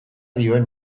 dioen